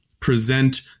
present